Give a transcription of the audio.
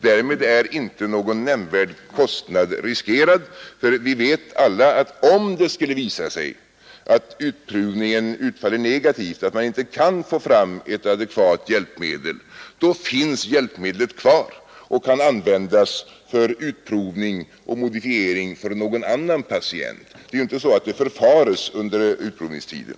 Därmed är inte någon nämnvärd kostnad riskerad, för vi vet alla att om det skulle visa sig att utprovningen utfaller negativt och man inte kan få fram ett adekvat hjälpmedel, då finns hjälpmedlet kvar och kan användas till utprovning och modifiering för någon annan patient. Det är ju inte så att det förfares under utprovningstiden.